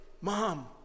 Mom